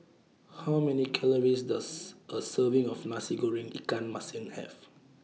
How Many Calories Does A Serving of Nasi Goreng Ikan Masin Have